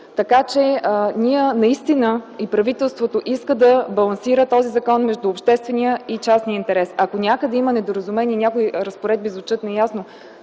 Така че правителството наистина иска да балансира този закон между обществения и частния интерес. Ако някъде има недоразумение и някои разпоредби звучат неясно,